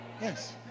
yes